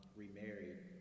remarried